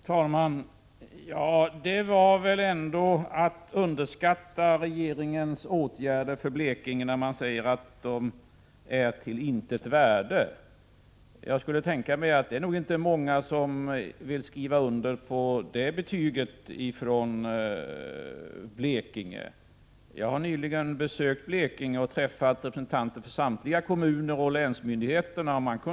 Fru talman! Det är väl ändå att underskatta regeringens åtgärder för Blekinge att säga att åtgärderna är av intet värde. Jag skulle kunna tänka mig att de inte är många nere i Blekinge som vill skriva under på det betyget. Jag har nyligen besökt Blekinge och träffat representanter för samtliga kommuner där liksom för länsmyndigheterna.